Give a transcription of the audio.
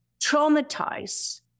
traumatize